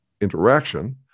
interaction